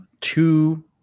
two